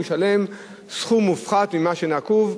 הוא ישלם סכום מופחת ממה שנקוב,